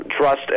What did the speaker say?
trust